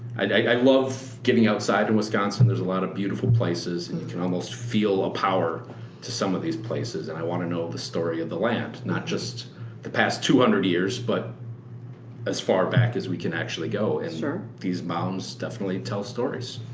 i love getting outside in wisconsin, there's a lot of beautiful places. and you can almost feel a power to some of these places and i want to know the story of the land. not just the past two hundred years but as far back as we can actually go. so these mounds definitely tell stories.